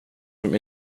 som